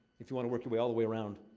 if you wanna work your way all the way around.